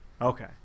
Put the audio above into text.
Okay